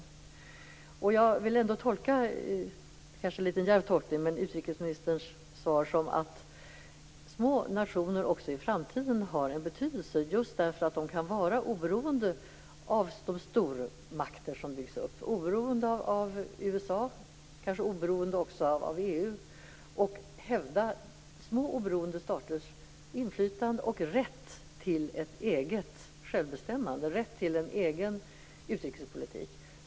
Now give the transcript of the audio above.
Jag vill ändå tolka utrikesministerns svar - det kanske är en litet djärv tolkning - som att små nationer också i framtiden har en betydelse just därför att de kan vara oberoende av de stormakter som byggs upp, oberoende av USA och kanske även oberoende av EU, och hävda små oberoende staters inflytande och rätt till ett eget självbestämmande och rätt till en egen utrikespolitik.